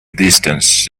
distance